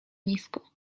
nisko